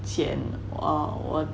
前 um 我